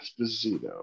Esposito